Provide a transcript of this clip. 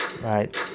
Right